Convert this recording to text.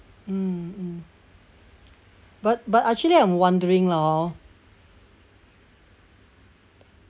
mm mm but but actually I'm wondering lah hor